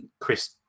Chris